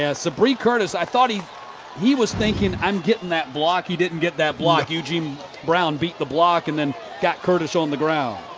ah sabree curtis, i thought he he was thinkinging, i'm getting that block, he didn't get that block. eugene brown beat the block and and got curtis on the ground.